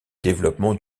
développement